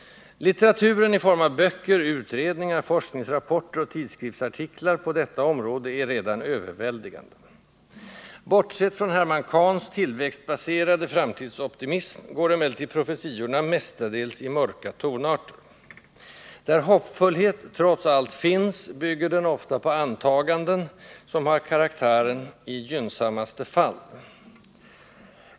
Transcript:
Litteraturen i form av böcker, utredningar, forskningsrapporter och tidskriftsartiklar på detta område är redan överväldigande. Bortsett från Herman Kahns tillväxtbaserade framtidsoptimism går emellertid profetiorna mestadels i mörka tonarter. Där hoppfullhet trots allt finns, bygger den ofta på antaganden, som har karaktären ”i gynnsammaste fall”.